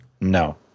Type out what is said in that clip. No